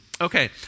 Okay